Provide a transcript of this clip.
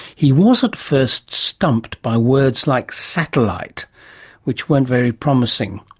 he was at first stumped by words like satellite which weren't very promising.